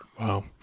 Wow